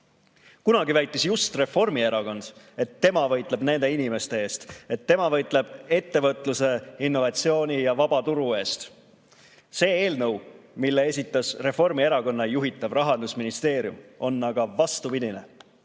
Kunagi väitis just Reformierakond, et tema võitleb nende inimeste eest. Tema võitleb ettevõtluse, innovatsiooni ja vaba turu eest. See eelnõu, mille esitas Reformierakonna juhitav Rahandusministeerium, on aga vastupidine.